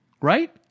Right